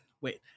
Wait